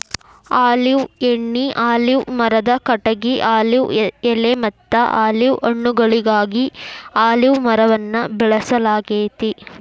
olive ಎಣ್ಣಿ, olive ಮರದ ಕಟಗಿ, ಆಲಿವ್ ಎಲೆಮತ್ತ ಆಲಿವ್ ಹಣ್ಣುಗಳಿಗಾಗಿ ಅಲಿವ್ ಮರವನ್ನ ಬೆಳಸಲಾಗ್ತೇತಿ